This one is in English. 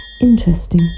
Interesting